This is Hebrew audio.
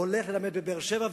הולך ללמד בבאר-שבע,